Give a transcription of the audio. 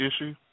issue